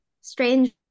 strange